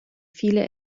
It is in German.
viele